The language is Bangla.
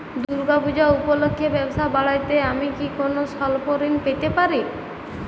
দূর্গা পূজা উপলক্ষে ব্যবসা বাড়াতে আমি কি কোনো স্বল্প ঋণ পেতে পারি?